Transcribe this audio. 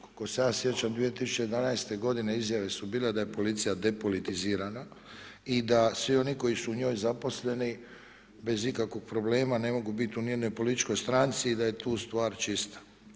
Koliko se ja sjećam, 2011. godine izjave su bile da je policija depolitizirana i da svi oni koji su u njoj zaposleni, bez ikakvog problema ne mogu biti u nijednoj političkoj stranci i daje tu stvar čista.